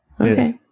Okay